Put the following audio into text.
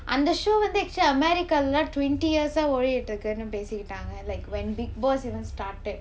அந்த:antha show வந்து actually america lah twenty years ah ஓடிட்டு இருக்குனு பேசிக்கிட்டாங்க:odittu irukkunu pesikkittaanga like when bigg boss even started